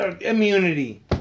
immunity